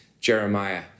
Jeremiah